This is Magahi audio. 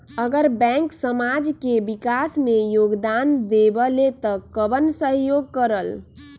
अगर बैंक समाज के विकास मे योगदान देबले त कबन सहयोग करल?